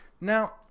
Now